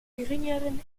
geringeren